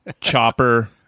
chopper